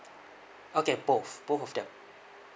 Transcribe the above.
okay both both of them